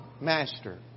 master